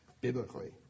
biblically